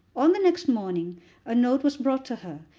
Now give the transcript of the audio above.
on the next morning a note was brought to her,